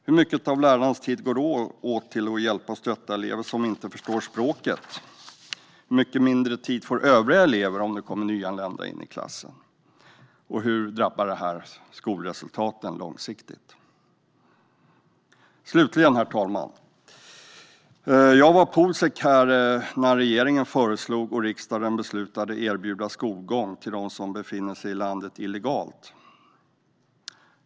Hur mycket av lärarens tid går då åt till att hjälpa och stötta elever som inte förstår språket? Hur mycket mindre tid får övriga elever om det kommer nyanlända in i klassen? Hur drabbar detta skolresultaten långsiktigt? Herr talman! Jag var politisk sekreterare när regeringen föreslog och riksdagen beslutade om att erbjuda skolgång till dem som befinner sig i landet illegalt.